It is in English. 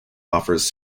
offers